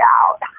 out